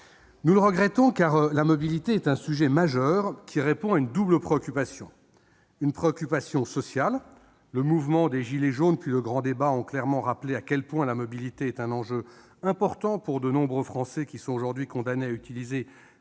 Nous le regrettons, car la mobilité est un sujet majeur qui répond à une double préoccupation : une préoccupation sociale, le mouvement des « gilets jaunes » puis le grand débat national ayant rappelé à quel point la mobilité est un enjeu important pour de nombreux Français aujourd'hui condamnés à utiliser